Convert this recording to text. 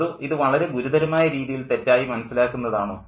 അതോ ഇത് വളരെ ഗുരുതരമായ രീതിയിൽ തെറ്റായി മനസ്സിലാക്കുന്നതാണോ